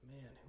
man